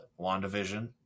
wandavision